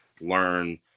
learn